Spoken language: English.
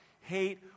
hate